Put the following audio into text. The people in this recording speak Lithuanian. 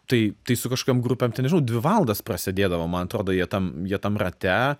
tai tai su kažkokiom grupėm tai nežinau dvi valandas prasėdėdavo man atrodo jie tam jie tam rate